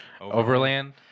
Overland